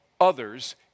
others